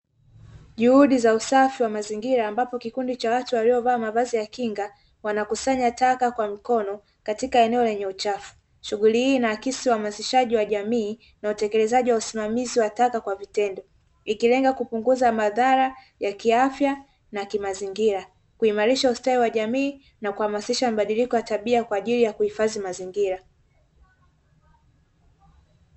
Juhudi za usafi wa mazingira, ambapo kikundi cha watu waliovaa mavazi ya kinga; wanakusanya taka kwa mkono katika eneo lenye uchafu. Shughuli hii inaakisi uhamasishaji wa jamii na utekelezaji wa usimamizi wa taka kwa vitendo, ikilenga kupunguza madhara ya kiafya na kimazingira, kuimarisha ustawi wa jamii na kuhamasisha mabadiliko ya tabia kwa ajili ya kuhifadhi mazingira.